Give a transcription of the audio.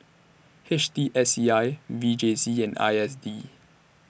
H T S E I V J C and I S D